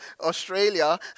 Australia